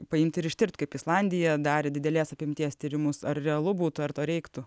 paimti ir ištirt kaip islandija darė didelės apimties tyrimus ar realu būtų ar to reiktų